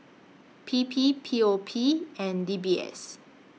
P P P O P and D B S